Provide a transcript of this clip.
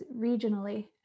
regionally